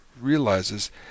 realizes